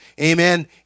amen